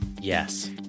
yes